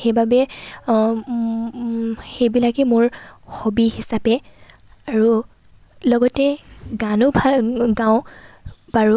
সেইবাবেই সেইবিলাকেই মোৰ হবি হিচাপে আৰু লগতে গানো ভা গাওঁ বাৰু